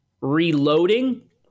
reloading